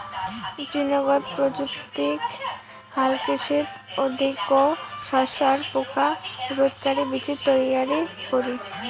জীনগত প্রযুক্তিক হালকৃষিত অধিকো শস্য আর পোকা রোধকারি বীচি তৈয়ারী করি